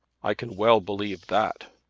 i can well believe that.